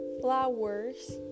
Flowers